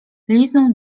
liznął